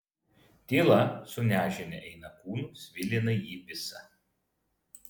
tyla su nežinia eina kūnu svilina jį visą